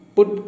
Put